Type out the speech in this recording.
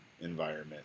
environment